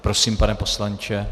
Prosím, pane poslanče.